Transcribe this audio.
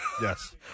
Yes